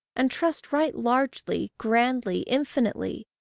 and trust right largely, grandly, infinitely,